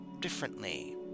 differently